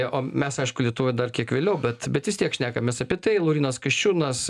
o mes aišku lietuvoj dar kiek vėliau bet bet vis tiek šnekamės apie tai laurynas kasčiūnas